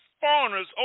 foreigners